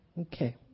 okay